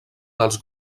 dels